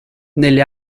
negli